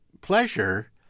pleasure